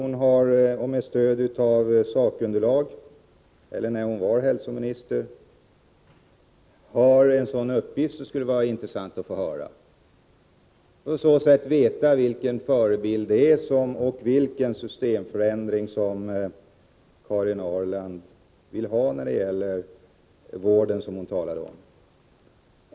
Om Karin Ahrland med stöd av sakunderlag eller av erfarenheter från sin tid som hälsovårdsmi nister har sådana uppgifter, skulle det vara intressant att få veta vilket land som är förebild och vad det är för systemförändring Karin Ahrland önskar.